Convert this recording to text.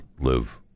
live